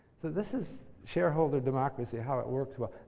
so, this is shareholder democracy, how it works well.